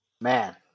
Man